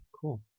Cool